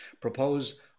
propose